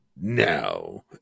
now